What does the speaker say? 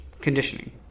conditioning